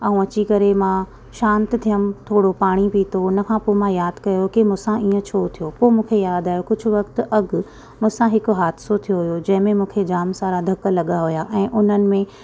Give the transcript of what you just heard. ऐं अची करे मां शांति थिअमि थोरो पाणी पीतो हुन खां पोइ मां यादि कयो कि मूं सां इअं छो थियो पोइ मूंखे यादि आहियो कुझु वक़्तु अॻु मुसां हिकु हादिसो थियो हुओ जहिं में मूंखे जाम सारा धकु लॻा हुआ ऐं उन्हनि में